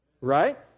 Right